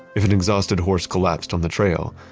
if an exhausted horse collapsed on the trail,